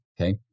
okay